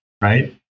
right